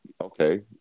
okay